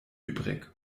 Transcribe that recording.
übrig